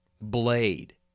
Blade